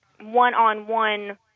one-on-one